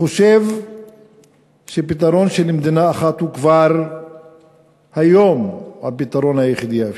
חושב שפתרון של מדינה אחת הוא כבר היום הפתרון היחיד האפשרי.